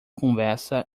conversa